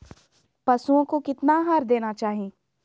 पशुओं को कितना आहार देना चाहि?